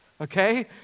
Okay